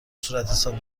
صورتحساب